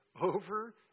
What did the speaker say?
over